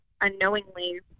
unknowingly